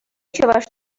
чӑваш